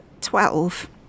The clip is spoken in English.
Twelve